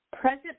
present